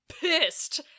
pissed